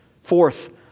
fourth